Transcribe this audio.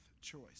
choice